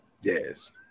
yes